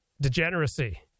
degeneracy